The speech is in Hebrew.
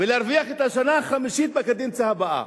ולהרוויח את השנה החמישית בקדנציה הבאה.